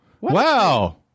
Wow